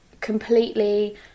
completely